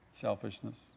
Selfishness